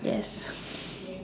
yes